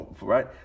right